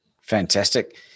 Fantastic